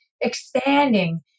expanding